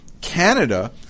Canada